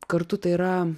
kartu tai yra